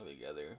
together